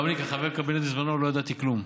גם אני כחבר קבינט בזמנו, לא ידעתי כלום.